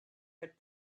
had